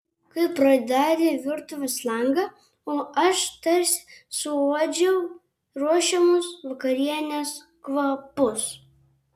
kai pradarė virtuvės langą o aš tarsi suuodžiau ruošiamos vakarienės kvapus